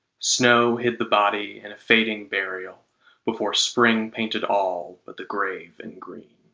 snow hid the body in a fading burial before spring painted all but the grave in green.